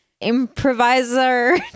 improviser